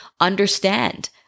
understand